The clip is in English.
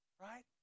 Right